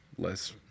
Less